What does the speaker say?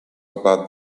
about